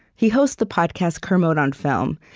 he hosts the podcast kermode on film,